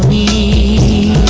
e